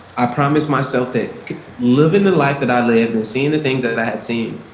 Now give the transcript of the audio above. i promised myself that living the life that i lived and seeing the things that that i had seen.